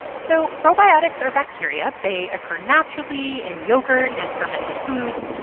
so probiotics are bacteria. they occur naturally in yogurt and fermented foods.